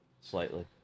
slightly